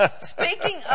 speaking